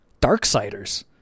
Darksiders